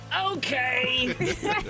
Okay